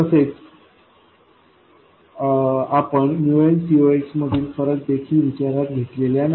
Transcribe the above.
तसेच आपण nCoxमधील फरक देखील विचारात घेतलेला नाही